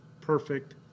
perfect